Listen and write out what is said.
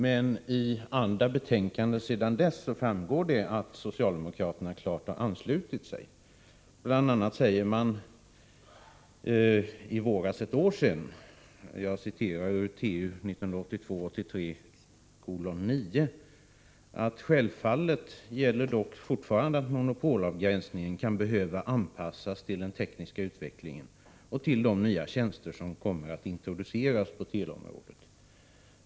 Men av andra betänkanden sedan dess framgår att socialdemokraterna klart har anslutit sig. Förra våren sade man bl.a. i trafikutskottets betänkande 1982/83:9 följande: ”Självfallet gäller dock fortfarande att monopolavgränsningen kan behöva anpassas till den tekniska utvecklingen och till de nya tjänster som kommer att introduceras på teleområdet.